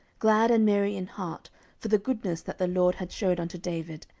glad and merry in heart for the goodness that the lord had shewed unto david,